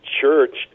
Church